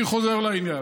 אני חוזר לעניין.